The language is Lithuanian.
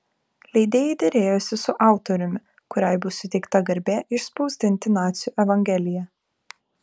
leidėjai derėjosi su autoriumi kuriai bus suteikta garbė išspausdinti nacių evangeliją